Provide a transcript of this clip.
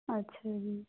ਅੱਛਾ ਜੀ